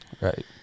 Right